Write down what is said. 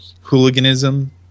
hooliganism